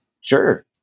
Sure